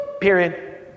Period